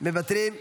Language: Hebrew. מוותרים.